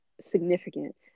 significant